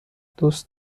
دوست